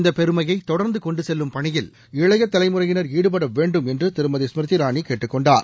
இந்த பெருமையை தொடர்ந்து கொண்டு செல்லும் பணியில் இளைய தலைமுறையினர் ஈடுபட வேண்டும் என்று திருமதி ஸ்மிருதி இராணி கேட்டுக்கொண்டார்